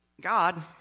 God